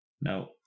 No